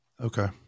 Okay